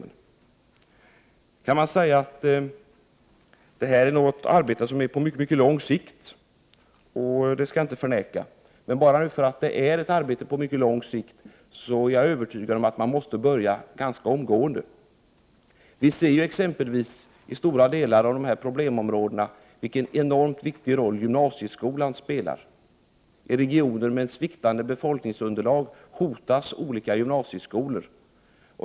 Nu kan det sägas att det här är ett arbete på mycket lång sikt, och det skall jag inte förneka, men bara därför att det är på mycket lång sikt är jag övertygad om att man måste börja ganska omgående. Vi ser exempelvis i stora delar av problemområdena vilken enormt viktig roll gymnasieskolan spelar. I regioner med sviktande befolkningsunderlag hotas olika gymnasieskolor.